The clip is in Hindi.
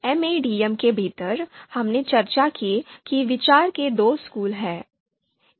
एमएडीएम के भीतर हमने चर्चा की कि विचार के दो स्कूल हैं